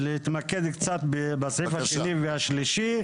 בלהתמקד קצת בסעיף השני והשלישי.